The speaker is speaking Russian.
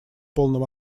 полном